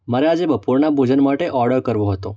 મારે આજે બપોરનાં ભોજન માટે ઓડર કરવો હતો